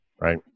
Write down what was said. right